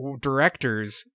directors